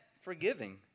forgiving